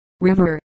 river